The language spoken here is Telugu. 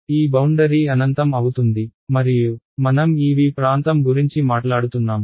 ఈ బౌండరీ అనంతం అవుతుంది మరియు మనం ఈ V ప్రాంతం గురించి మాట్లాడుతున్నాము